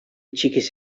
txikiz